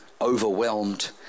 Overwhelmed